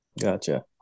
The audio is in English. Gotcha